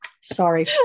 sorry